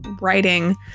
writing